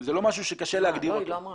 זה לא משהו שקשה להגדיר אותו גם.